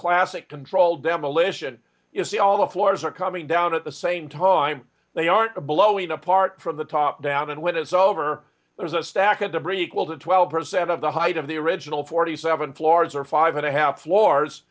classic controlled demolition is the all the floors are coming down at the same time they aren't blowing apart from the top down and when it's over there is a stack of debris equal to twelve percent of the height of the original forty seven floors or five and a half floors